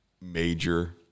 major